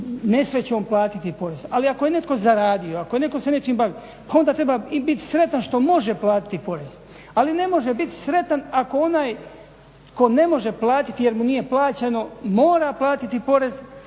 nesrećom platiti porez ali ako je netko zaradio, ako netko se nečim bavi pa onda treba i biti sretan što može platiti porez ali ne može biti sretan ako onaj tko ne može platiti jer mu nije plaćeno mora platiti porez